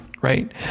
right